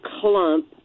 clump